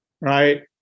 right